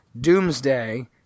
Doomsday